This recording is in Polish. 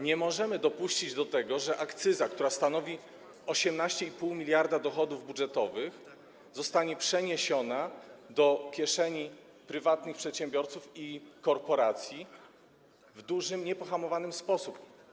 Nie możemy dopuścić do tego, że akcyza, która stanowi 18,5 mld dochodów budżetowych, zostanie przeniesiona do kieszeni prywatnych przedsiębiorców i korporacji w niepohamowany znaczny sposób.